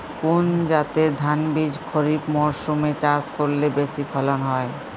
কোন জাতের ধানবীজ খরিপ মরসুম এ চাষ করলে বেশি ফলন হয়?